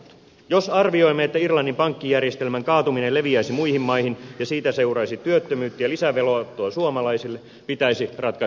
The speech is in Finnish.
jos arvioimme että irlannin pankkijärjestelmän kaatuminen leviäisi muihin maihin ja siitä seuraisi työttömyyttä ja lisävelanottoa suomalaisille pitäisi ratkaisun olla selvä